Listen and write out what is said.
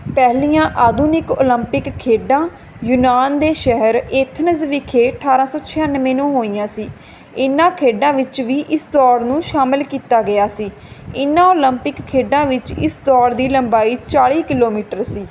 ਪਹਿਲੀਆਂ ਆਧੁਨਿਕ ਓਲੰਪਿਕ ਖੇਡਾਂ ਯੂਨਾਨ ਦੇ ਸ਼ਹਿਰ ਏਥਨਜ਼ ਵਿਖੇ ਅਠਾਰ੍ਹਾਂ ਸੌ ਛਿਆਨਵੇਂ ਨੂੰ ਹੋਈਆਂ ਸੀ ਇਹਨਾਂ ਖੇਡਾਂ ਵਿੱਚ ਵੀ ਇਸ ਦੌੜ ਨੂੰ ਸ਼ਾਮਿਲ ਕੀਤਾ ਗਿਆ ਸੀ ਇਹਨਾਂ ਓਲੰਪਿਕ ਖੇਡਾਂ ਵਿੱਚ ਇਸ ਦੌੜ ਦੀ ਲੰਬਾਈ ਚਾਲ੍ਹੀ ਕਿਲੋਮੀਟਰ ਸੀ